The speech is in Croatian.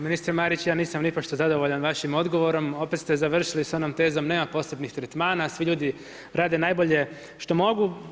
Ministre Marić, ja nisam nipošto zadovoljan vašim odgovorom, opet ste završili sa onom tezom nema posebnih tretmana, svi ljudi rade najbolje što mogu.